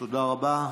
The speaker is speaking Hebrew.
תודה רבה.